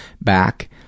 back